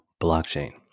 blockchain